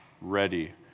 ready